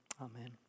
Amen